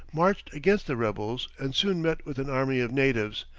marched against the rebels and soon met with an army of natives,